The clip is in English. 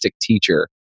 teacher